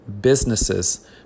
businesses